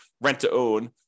rent-to-own